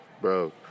Bro